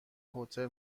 هتل